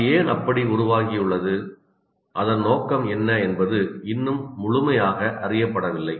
அது ஏன் அப்படி உருவாகியுள்ளது அதன் நோக்கம் என்ன என்பது இன்னும் முழுமையாக அறியப்படவில்லை